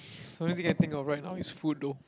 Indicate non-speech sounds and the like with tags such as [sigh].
[breath] the only thing you can think of right now is food though